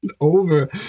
over